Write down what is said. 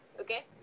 Okay